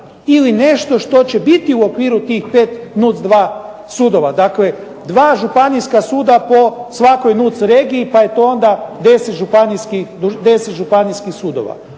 ili nešto što će biti u okviru tih 5 NUC2 sudova, dakle dva županijska suda po svakoj NUC regiji pa je to onda 10 županijskih sudova.